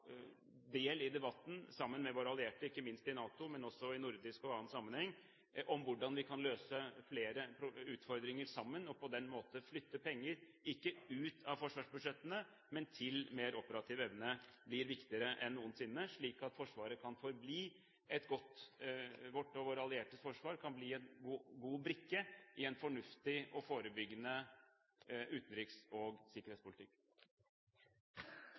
del i debatten sammen med våre allierte – ikke minst i NATO, men også i nordisk og annen sammenheng – om hvordan vi kan møte flere utfordringer sammen og på den måten flytte penger, ikke ut av forsvarsbudsjettene, men til mer operativ evne, blir viktigere enn noensinne. Slik kan vårt og våre alliertes forsvar bli en god brikke i en fornuftig og forebyggende utenriks- og sikkerhetspolitikk.